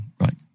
right